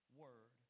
word